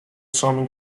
simon